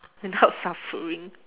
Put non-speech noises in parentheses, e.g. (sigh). without (laughs) suffering